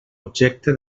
objecte